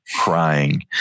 crying